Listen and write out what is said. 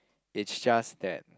it's just that